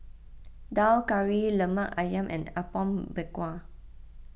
Daal Kari Lemak Ayam and Apom Berkuah